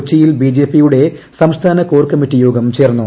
കൊച്ചിയിൽ ബിജെപിയുടെ സംസ്ഥാന കോർ കമ്മിറ്റിയോഗം ചേർന്നു